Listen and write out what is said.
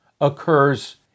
occurs